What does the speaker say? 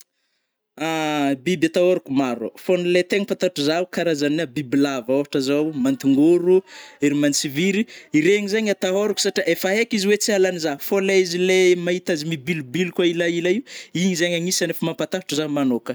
Biby atahôrako maro, fô ny lai tegna fantatro zao karazagna bibilava ôhatra zao mantingôro, iry mantsiviry, iregny zegny atahôrako satria efa aiko izy oe tsy ahalany zah fô izy lai maita izy lai mibilobiloka ilaila igny, igny zegny agnisany efa mampatahôtro za magnôkana.